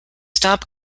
stop